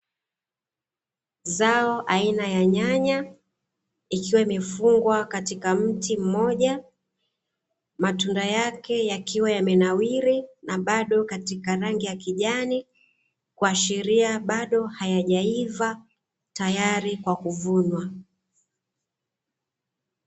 Zao aina ya nyanya ikiwa imefungwa katika mti mmoja, matunda yake yakiwa yamenawiri na bado katika rangi ya kijani kuashiria bado hayajaiva tayari kwa kuvunwa.